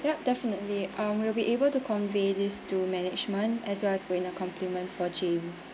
yup definitely uh we'll be able to convey this to management as well as compliment for james